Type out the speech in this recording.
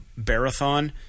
Barathon